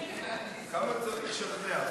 גברתי היושבת-ראש,